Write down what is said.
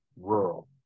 rural